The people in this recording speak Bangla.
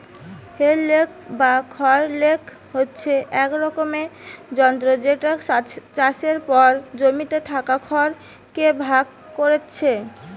হে রেক বা খড় রেক হচ্ছে এক রকমের যন্ত্র যেটা চাষের পর জমিতে থাকা খড় কে ভাগ কোরছে